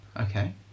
Okay